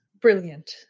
brilliant